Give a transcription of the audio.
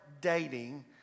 dating